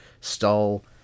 stole